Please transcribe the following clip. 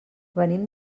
venim